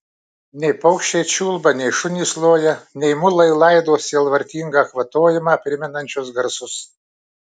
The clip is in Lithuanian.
nei paukščiai čiulba nei šunys loja nei mulai laido sielvartingą kvatojimą primenančius garsus